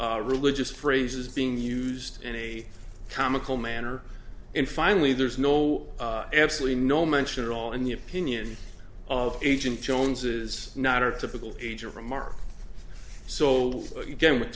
mocked religious phrases being used in a comical manner and finally there is no absolutely no mention at all in the opinion of agent jones's not or typical age of remark so again with